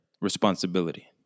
Responsibility